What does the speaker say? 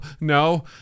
no